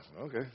okay